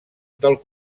del